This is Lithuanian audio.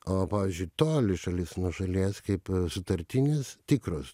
o pavyzdžiui toli šalis nuo šalies kaip sutartinės tikros